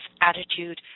attitude